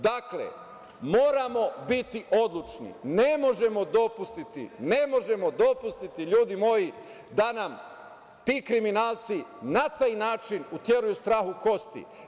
Dakle, moramo biti odlučni, ne možemo dopustiti, ljudi moji, da nam ti kriminalci na taj način uteruju strah u kosti.